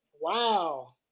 Wow